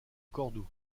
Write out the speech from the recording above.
cordoue